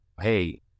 Hey